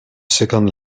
second